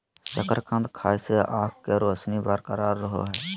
शकरकंद खाय से आंख के रोशनी बरकरार रहो हइ